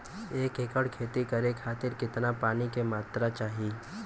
एक एकड़ खेती करे खातिर कितना पानी के मात्रा चाही?